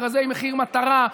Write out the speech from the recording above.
מכרזי מחיר מטרה,